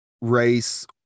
race